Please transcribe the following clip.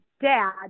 dad